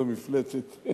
זו מפלצת.